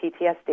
PTSD